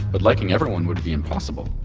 but liking everyone would be impossible.